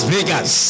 Vegas